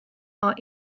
are